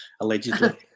allegedly